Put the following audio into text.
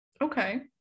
Okay